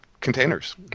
containers